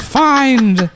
find